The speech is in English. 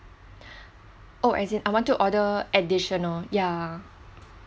oh as in I want to order additional ya